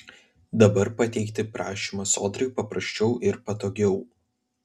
dabar pateikti prašymą sodrai paprasčiau ir patogiau